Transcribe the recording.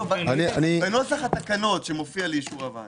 בנוסח התקנות שמופיע לאישור הוועדה.